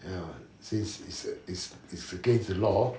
you know since it's it's it's against the law